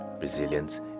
resilience